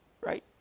right